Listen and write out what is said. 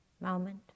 moment